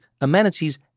amenities